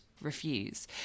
refuse